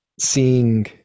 seeing